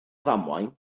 ddamwain